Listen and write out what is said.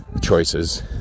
choices